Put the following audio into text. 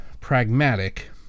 pragmatic